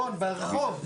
דווקא להיפך.